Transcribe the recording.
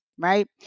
right